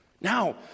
Now